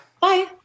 Bye